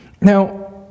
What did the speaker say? Now